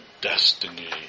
destiny